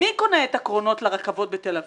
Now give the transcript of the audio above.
מי קונה את הקרונות לרכבות בתל אביב?